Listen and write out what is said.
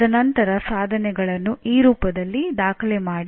ತದನಂತರ ಸಾಧನೆಗಳನ್ನು ಈ ರೂಪದಲ್ಲಿ ದಾಖಲೆ ಮಾಡಿ